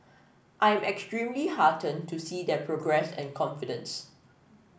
I am extremely heartened to see their progress and confidence